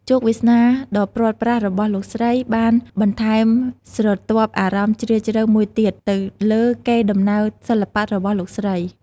ជោគវាសនាដ៏ព្រាត់ប្រាសរបស់លោកស្រីបានបន្ថែមស្រទាប់អារម្មណ៍ជ្រាលជ្រៅមួយទៀត ទៅលើកេរដំណែលសិល្បៈរបស់លោកស្រី។